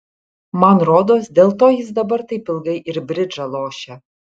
man rodos dėl to jis dabar taip ilgai ir bridžą lošia